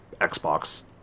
xbox